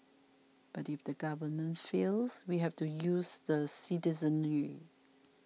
but if the government fails we have to use the citizenry